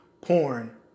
porn